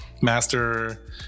master